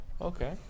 Okay